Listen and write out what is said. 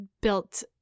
built